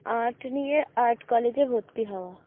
art নিয়ে art কলেজে ভর্তি হওয়া